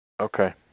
okay